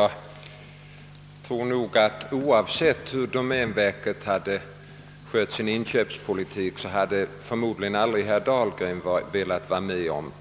Herr talman! Oavsett hur domänverket hade skött sin inköpspolitik hade herr Dahlgren förmodligen inte varit med om